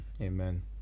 Amen